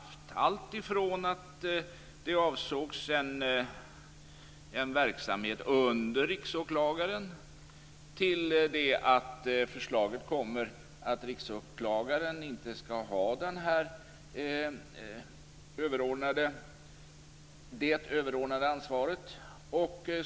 Så har det varit alltifrån att det avsågs en verksamhet under Riksåklagaren till det att förslaget kom att Riksåklagaren inte skulle ha det överordnade ansvaret.